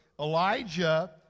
Elijah